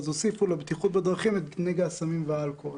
אז הוסיפו לבטיחות בדרכים את נגע הסמים והאלכוהול.